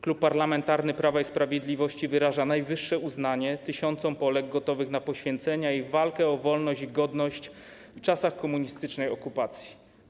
Klub Parlamentarny Prawo i Sprawiedliwość wyraża najwyższe uznanie dla tysięcy Polek gotowych na poświęcenia i walkę o wolność i godność w czasach komunistycznej okupacji.